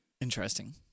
interesting